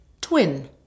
twin